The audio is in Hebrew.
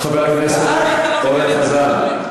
חבר הכנסת אורן חזן.